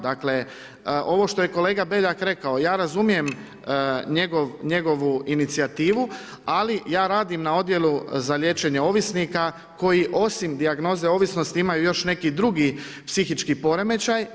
Dakle ovo što je kolega BEljak rekao, ja razumijem njegovu inicijativu, ali ja radim na Odjelu za liječenje ovisnika koji osim dijagnoze ovisnosti imaju još neki drugi psihički poremećaj.